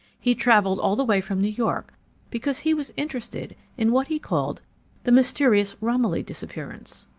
he'd travelled all the way from new york because he was interested in what he called the mysterious romilly disappearance.